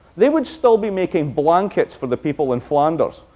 they would still be making blankets for the people in flanders.